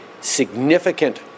significant